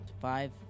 Five